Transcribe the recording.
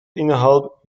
innerhalb